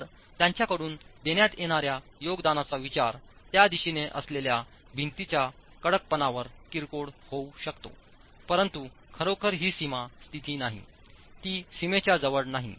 तर त्यांच्याकडून देण्यात येणाऱ्या योगदानाचा विचार त्या दिशेने असलेल्या भिंतीच्या कडकपणावर किरकोळ होऊ शकतो परंतु खरोखर ही सीमा स्थिती नाही ती सीमेच्या जवळ नाही